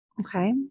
Okay